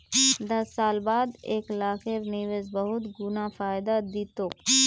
दस साल बाद एक लाखेर निवेश बहुत गुना फायदा दी तोक